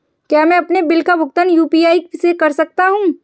क्या मैं अपने बिल का भुगतान यू.पी.आई से कर सकता हूँ?